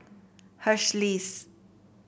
Hersheys